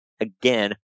again